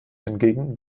hingegen